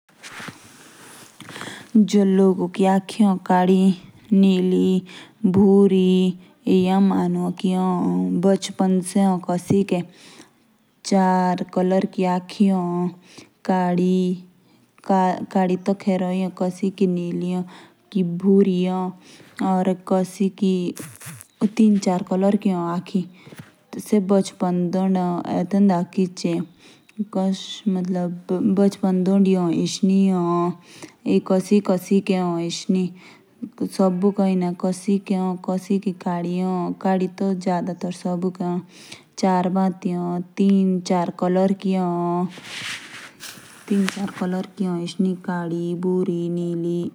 जो लोग की आखी एक कैदी, नीली, भूरी, बचपन दोडी ए कस्की कॉलर कि आखी शस्क ऐ। कादी तो खैर एओ ही एओ। कासिकी निली ए।